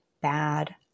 bad